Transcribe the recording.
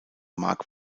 mark